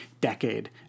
decade